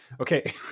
Okay